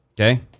Okay